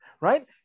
Right